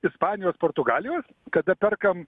ispanijos portugalijos kada perkam